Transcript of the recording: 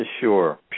Sure